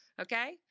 Okay